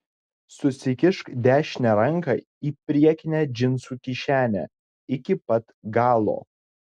susikišk dešinę ranką į priekinę džinsų kišenę iki pat galo